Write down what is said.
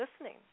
listening